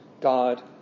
God